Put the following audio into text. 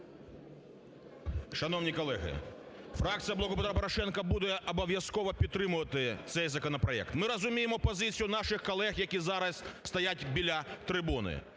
Шановні колеги, фракція "Блоку Петра Порошенка" буде обов'язково підтримувати цей законопроект. Ми розуміємо позицію наших колег, які зараз стоять біля трибуни.